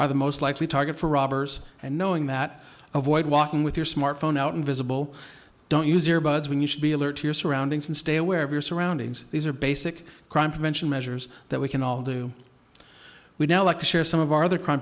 are the most likely target for robbers and knowing that avoid walking with your smartphone out invisible don't use ear buds when you should be alert to your surroundings and stay aware of your surroundings these are basic crime prevention measures that we can all do we now like to share some of our other crime